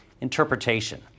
Interpretation